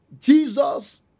Jesus